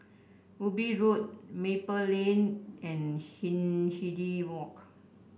Ubi Road Maple Lane and Hindhede Walk